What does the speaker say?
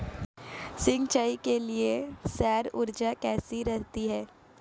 सिंचाई के लिए सौर ऊर्जा कैसी रहती है?